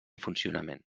funcionament